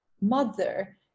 mother